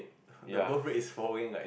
the birth rate is falling like